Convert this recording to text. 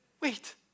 wait